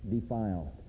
defiled